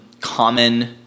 Common